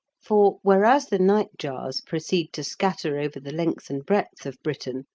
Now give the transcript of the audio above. for, whereas the nightjars proceed to scatter over the length and breadth of britain,